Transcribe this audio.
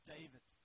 David